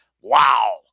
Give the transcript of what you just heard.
Wow